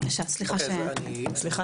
אני רוצה